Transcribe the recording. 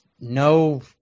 no